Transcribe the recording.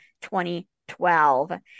2012